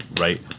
right